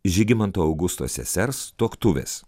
žygimanto augusto sesers tuoktuvės